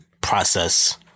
Process